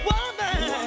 Woman